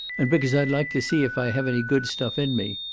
and because i'd like to see if i have any good stuff in me.